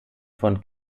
von